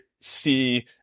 see